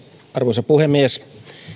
arvoisa puhemies